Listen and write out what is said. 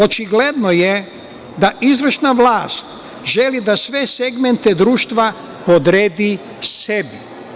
Očigledno je da izvršna vlast želi da sve segmente društva podredi sebi.